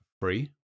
free